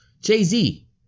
Jay-Z